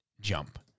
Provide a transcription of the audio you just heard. jump